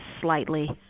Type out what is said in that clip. slightly